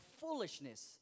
foolishness